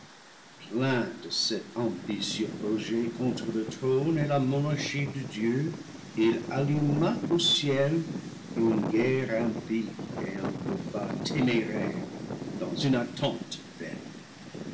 ambitieux projet contre le trône et la monarchie de dieu il alluma au ciel une guerre impie et un combat téméraire dans une attente